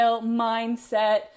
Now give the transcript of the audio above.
mindset